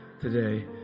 today